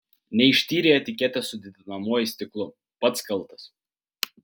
neištyrei etiketės su didinamuoju stiklu pats kaltas